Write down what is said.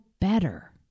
better